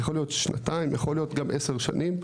יכול להיות שנתיים יכול להיות גם 10 שנים.